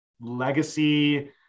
legacy